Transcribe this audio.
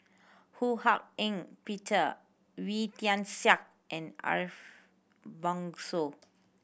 Ho Hak Ean Peter Wee Tian Siak and Ariff Bongso